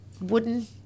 wooden